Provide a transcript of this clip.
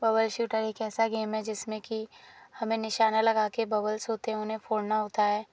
bubble shooter एक ऐसा game है जिसमें की हमें निशाना लगा कर बबल्स होतें हैं उन्हें फोड़ना होता है